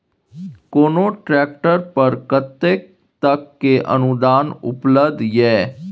कोनो ट्रैक्टर पर कतेक तक के अनुदान उपलब्ध ये?